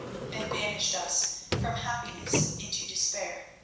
and banished us from happiness into despair.